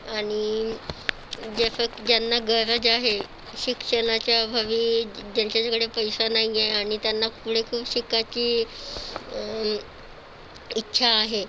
आणि ज्याचं ज्यांना गरज आहे शिक्षणाच्या अभावी ज्यांच्याकडे पैसा नाही आहे आणि त्यांना पुढे खूप शिकायची इच्छा आहे